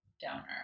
donor